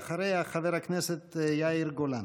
אחריה, חבר הכנסת יאיר גולן.